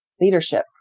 leadership